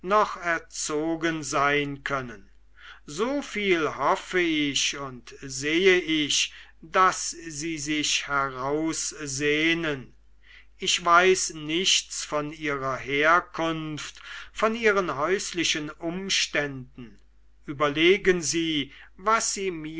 erzogen sein können so viel hoffe ich und sehe ich daß sie sich heraussehnen ich weiß nichts von ihrer herkunft von ihren häuslichen umständen überlegen sie was sie